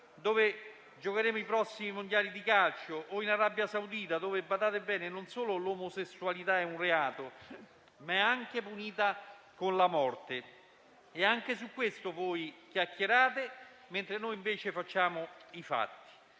dove giocheremo i prossimi mondiali di calcio, o l'Arabia Saudita, dove - badate bene - non solo l'omosessualità è un reato, ma è anche punita con la morte. Anche su questo voi chiacchierate mentre noi facciamo i fatti.